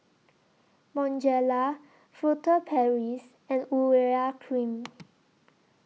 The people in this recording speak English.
Bonjela Furtere Paris and Urea Cream